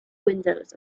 windows